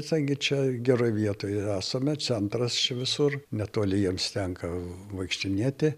kadangi čia geroj vietoj esame centras čia visur netoli jiems tenka vaikštinėti